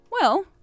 Well